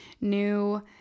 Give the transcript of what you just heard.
new